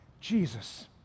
Jesus